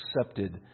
accepted